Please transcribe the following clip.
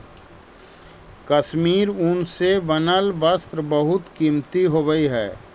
कश्मीरी ऊन से बनल वस्त्र बहुत कीमती होवऽ हइ